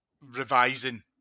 revising